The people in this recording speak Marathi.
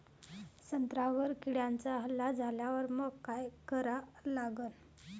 संत्र्यावर किड्यांचा हल्ला झाल्यावर मंग काय करा लागन?